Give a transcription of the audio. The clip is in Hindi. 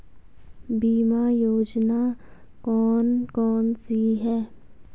बीमा योजना कौन कौनसी हैं?